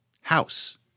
house